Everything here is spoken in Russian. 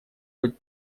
быть